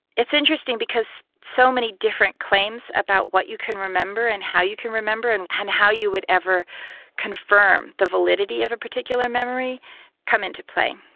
it's interesting because so many different claims about what you can remember and how you can remember and and how you would ever confirm the validity of a particular memory come into play.